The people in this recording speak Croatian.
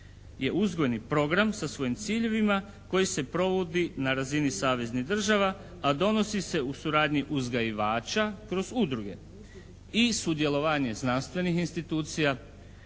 je uzgojni program sa svojim ciljevima koji se provodi na razini saveznih država, a donosi se u suradnji uzgajivača kroz udruge i sudjelovanje znanstvenih institucija,